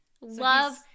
Love